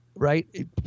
Right